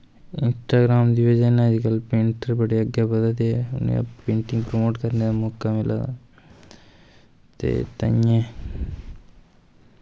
painter अजकल बड़े अग्गैं बधा दे पेंटिंग परमोट करनें दा मौका मिला दा ते ताईंयैं